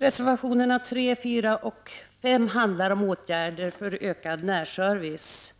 Reservationerna 3, 4 och 5 handlar om åtgärder för ökad närservice.